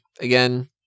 Again